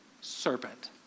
Serpent